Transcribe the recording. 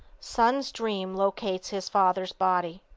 son's dream locates his father's body.